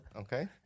Okay